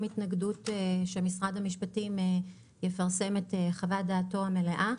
התנגדות שמשרד המשפטים יפרסם את חוות דעתו המלאה.